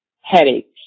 headaches